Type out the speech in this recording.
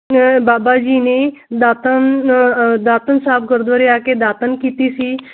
ਬਾਬਾ ਜੀ ਨੇ ਦਾਤਾਨ ਦਾਤਨ ਸਾਹਿਬ ਗੁਰਦੁਆਰੇ ਆ ਕੇ ਦਾਤਨ ਕੀਤੀ ਸੀ